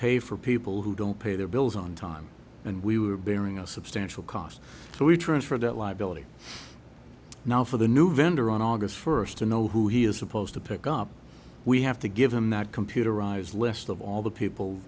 pay for people who don't pay their bills on time and we were bearing a substantial cost so we transfer that liability now for the new vendor on august first to know who he is supposed to pick up we have to give him that computerized list of all the people